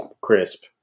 crisp